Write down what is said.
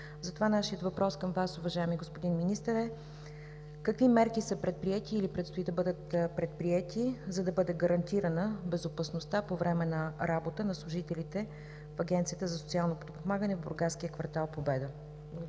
Затова нашият въпрос към Вас, уважаеми господин Министър, е: какви мерки са предприети или предстоят да бъдат предприети, за да бъде гарантирана безопасността по време на работа на служителите в Агенцията за социално подпомагане в бургаския квартал „Победа“?